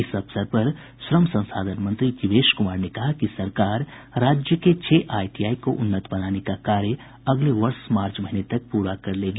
इस अवसर पर श्रम संसाधन मंत्री जीवेश कुमार ने कहा कि सरकार राज्य के छह आईटीआई को उन्नत बनाने का कार्य अगले वर्ष मार्च महीने तक प्रश कर लेगी